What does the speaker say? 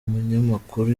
munyamakuru